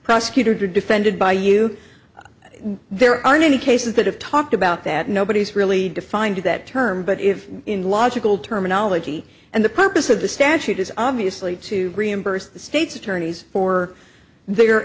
prosecutor defended by you there aren't any cases that have talked about that nobody has really defined that term but if in logical terminology and the purpose of the statute is obviously to reimburse the states attorneys for their